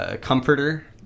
comforter